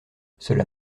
cela